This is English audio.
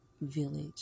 village